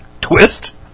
twist